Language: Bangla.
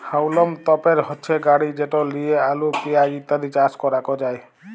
হাউলম তপের হচ্যে গাড়ি যেট লিয়ে আলু, পেঁয়াজ ইত্যাদি চাস ক্যরাক যায়